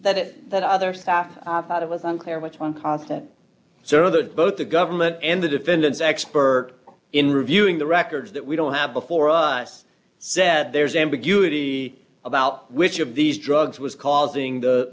that it that other staff had it was unclear which one constant so that both the government and the defendants expert in reviewing the records that we don't have before us said there's ambiguity about which of these drugs was causing the